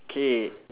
K